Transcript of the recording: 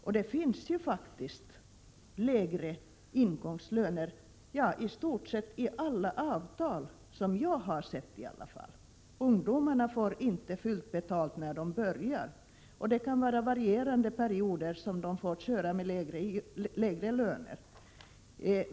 I så gott som alla avtal —i alla fall dem som jag har sett — är det faktiskt stadgat om lägre ingångslöner. Ungdomarna får inte fullt betalt när de börjar. Längden på den period som de får arbeta med lägre löner kan variera.